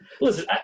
listen